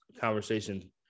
conversation